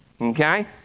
Okay